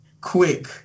quick